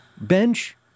bench